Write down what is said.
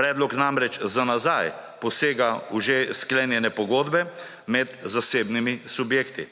Predlog namreč za nazaj posega v že sklenjene pogodbe med zasebnimi subjekti.